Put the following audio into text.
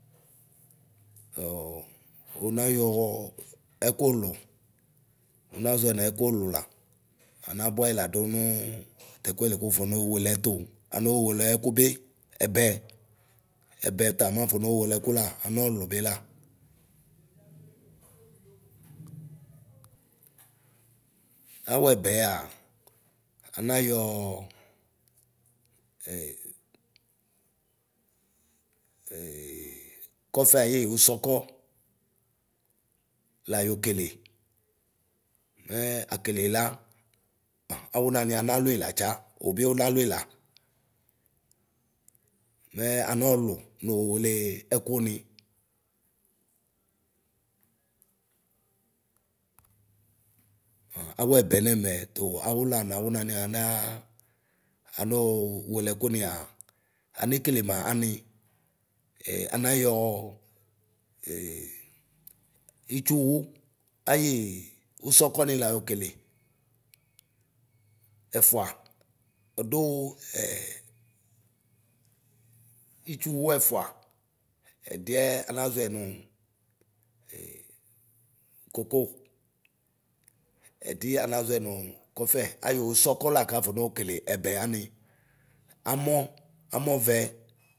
Unayɔɔ ɛkʋlʋ unaʒɔɛ nɛkʋlʋla, anabuayiladu nuu tɛkuɛli Ku wufonoo welɛtʋ, anoo welɛ kubi: ɛbɛ, ɛbɛta nafonɔo welɛku la, anɔɔ bila awuɛbɛa, anayɔ. kɔfɛ ayii usɔkɔ la yokele. Mɛ akeleyi la awunani analui la tsa ubi unalui la. Mɛɛ anɔɔlu nowele ɛkuni. Awuɛbɛ nɛmɛ tu awula nawu nani anaa anoo welɛku nia, anekelema ani? Ɛ anayɔɔ ee itsuwa ayii usɔkɔ nilao kele. Ɛfua ɛduu ɛ itsuwu ɛfua, ɛdiɛ anaʒɔɛ nu ee koko ɛdi anaʒɔ nu kɔfɛ ayu usɔkɔla kafonoo kelee ɛbɛ ani, amɔ amɔvɛ.